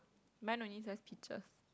mine only says peaches